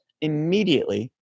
immediately